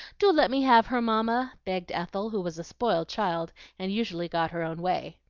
do let me have her, mamma! begged ethel, who was a spoiled child and usually got her own way.